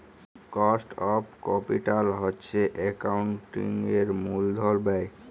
cost of capital হছে একাউল্টিংয়ের মূলধল ব্যায়